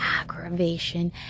aggravation